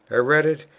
i read it,